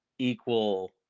equal